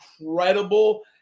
incredible